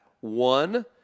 one